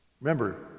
Remember